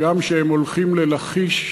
גם כשהם הולכים ללכיש,